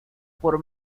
por